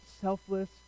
selfless